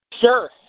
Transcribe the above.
Sure